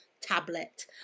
tablet